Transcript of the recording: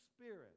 Spirit